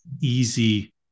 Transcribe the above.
easy